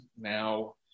Now